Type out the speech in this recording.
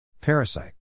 Parasite